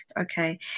okay